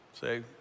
say